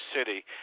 City